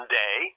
day